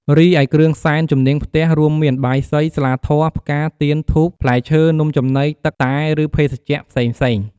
រីឯគ្រឿងសែនជំនាងផ្ទះរួមមានបាយសី ស្លាធម៌ ផ្កា ទៀន ធូប ផ្លែឈើ នំចំណី ទឹក តែ ឬភេសជ្ជៈផ្សេងៗ។